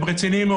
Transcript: הם רציניים מאוד.